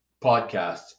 podcasts